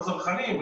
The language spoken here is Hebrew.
הצרכנים,